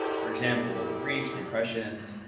for example, the reach, the impressions,